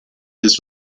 this